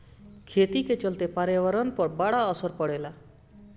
खेती का चलते पर्यावरण पर बड़ा असर पड़ेला